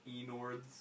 Enords